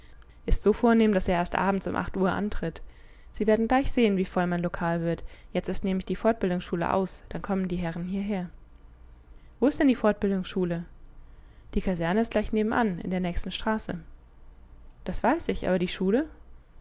ist so vornehm daß er erst abends um acht uhr antritt sie werden gleich sehen wie voll mein lokal wird jetzt ist nämlich die fortbildungsschule aus dann kommen die herren hierher wo ist denn die fortbildungsschule die kaserne ist gleich nebenan in der nächsten straße das weiß ich aber die schule